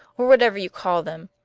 or whatever you call them.